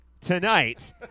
tonight